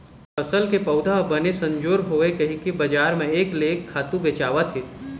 फसल के पउधा ह बने संजोर होवय कहिके बजार म एक ले एक खातू बेचावत हे